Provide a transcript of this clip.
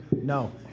No